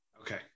Okay